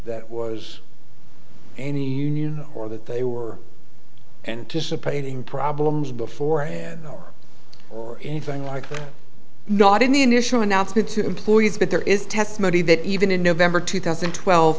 that was any union or that they were anticipating problems beforehand or anything like that not in the initial announcement to employees but there is testimony that even in november two thousand and twelve